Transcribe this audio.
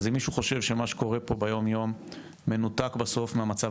אז אם מישהו חושב שמה שקורה פה ביום-יום מנותק בסוף מהמצב